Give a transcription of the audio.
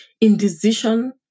indecision